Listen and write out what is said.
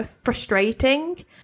frustrating